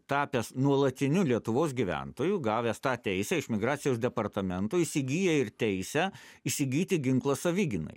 tapęs nuolatiniu lietuvos gyventoju gavęs tą teisę iš migracijos departamento įsigyja ir teisę įsigyti ginklą savigynai